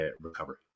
recovery